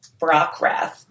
Brockrath